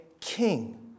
king